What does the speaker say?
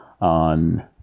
on